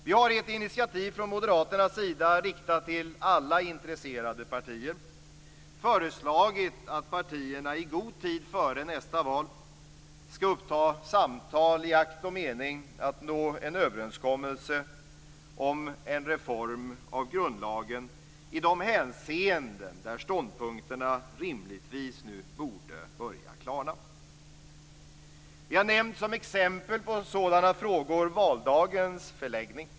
Vi har i ett initiativ från Moderaternas sida riktat till alla intresserade partier föreslagit att partierna i god tid före nästa val skall uppta samtal i akt och mening att nå en överenskommelse om en reform av grundlagen i de hänseenden där ståndpunkterna rimligtvis nu borde börja klarna. Vi har nämnt som exempel på sådana frågor valdagens förläggning.